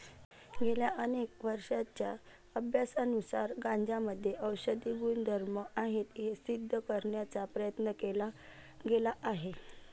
गेल्या अनेक वर्षांच्या अभ्यासानुसार गांजामध्ये औषधी गुणधर्म आहेत हे सिद्ध करण्याचा प्रयत्न केला गेला आहे